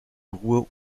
ruhr